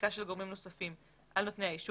בדיקה של גורמים נוספים על נותני האישור,